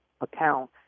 account